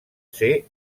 ser